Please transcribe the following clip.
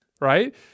right